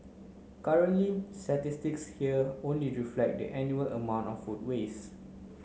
currently statistics here only reflect the annual amount of food waste